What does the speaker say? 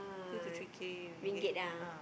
two to three K ringgit ah